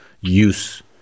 use